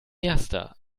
erster